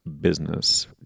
business